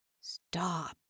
Stop